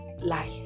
life